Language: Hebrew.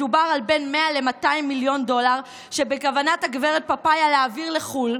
מדובר על בין 100 ל-200 מיליון דולר שבכוונת הגברת פפאיה להעביר לחו"ל,